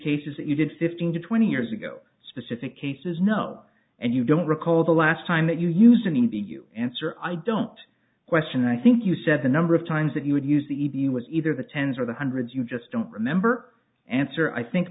cases that you did fifteen to twenty years ago specific cases no and you don't recall the last time that you use an e p you answer i don't question i think you said the number of times that you would use the e b u was either the tens or the hundreds you just don't remember answer i think